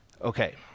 Okay